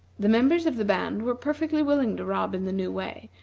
the members of the band were perfectly willing to rob in the new way,